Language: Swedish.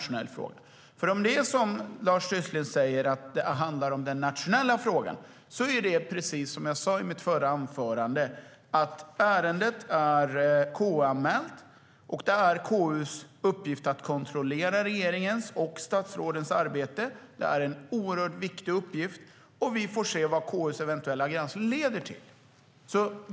Om det är som Lars Tysklind säger och det är den nationella frågan detta handlar om är det som jag sa i mitt förra anförande, nämligen att ärendet är KU-anmält, och det är KU:s uppgift att kontrollera regeringens och statsrådens arbete. Det är en oerhört viktig uppgift, och vi får se vad KU:s eventuella granskning leder till.